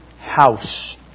house